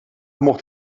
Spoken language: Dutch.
mocht